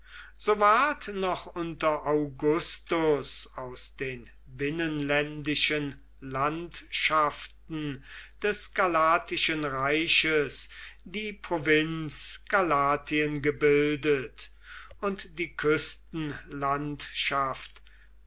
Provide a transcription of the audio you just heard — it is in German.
so ward noch unter augustus aus den binnenländischen landschaften des galatischen reiches die provinz galatien gebildet und die